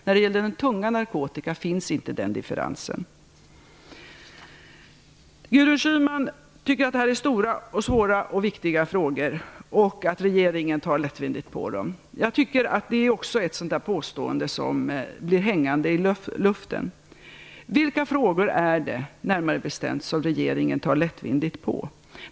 När det gäller den tunga narkotikan finns inte den differensen. Gudrun Schyman tycker att detta är stora, viktiga och svåra frågor och att regeringen tar för lättvindigt på dem. Det är också ett sådant påstående som blir hängande i luften. Vilka frågor är det närmare bestämt som regeringen tar lättvindigt på?